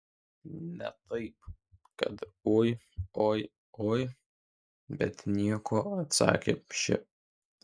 ne taip kad oi oi oi bet nieko atsakė ši